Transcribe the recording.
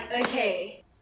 okay